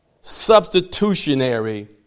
Substitutionary